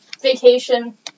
Vacation